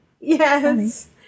Yes